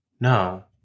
no